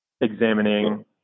examining